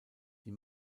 die